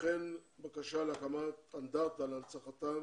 כמו כן בקשה להקמת אנדרטה להצנחתם